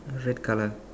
red colour